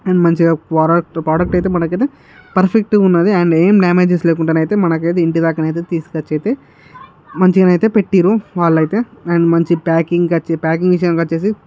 and మంచిగా product product అయితే మనకైతే పర్ఫెక్ట్గా ఉన్నది అండ్ ఏమి డ్యామేజెస్ లేకుండానైతే మనకైతే ఇంటిదాకానైతే తీసుకొచ్చియితే మంచిగానైతే పెట్టిర్రు వాళ్ళయితే అండ్ మంచి ప్యాకింగ్కు వచ్చి ప్యాకింగ్ విషయంకు వచ్చేసి